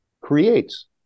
creates